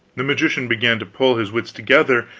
the magician began to pull his wits together,